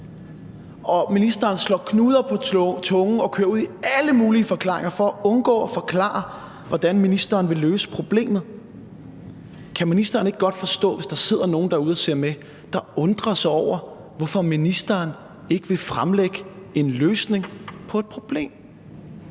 Og ministeren slår knuder på tungen og kører ud i alle mulige forklaringer for at undgå at forklare, hvordan ministeren vil løse problemet. Kan ministeren ikke godt forstå, hvis der sidder nogen derude og ser med og undrer sig over, hvorfor ministeren ikke vil fremlægge en løsning på et problem?